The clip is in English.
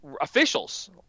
Officials